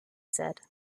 said